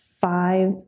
five